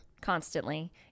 constantly